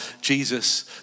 Jesus